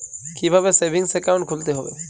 কীভাবে savings account খুলতে হবে?